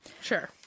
sure